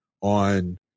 on